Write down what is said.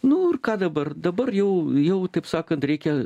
nu ir ką dabar dabar jau jau taip sakant reikia